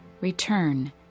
return